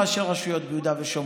היה ראש עיריית ביתר עילית.